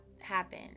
happen